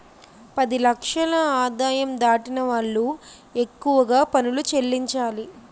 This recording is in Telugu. పది లక్షల ఆదాయం దాటిన వాళ్లు ఎక్కువగా పనులు చెల్లించాలి